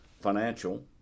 Financial